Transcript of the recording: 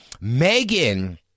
Megan